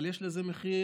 אבל יש לזה מחיר,